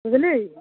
बुझली